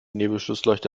nebelschlussleuchte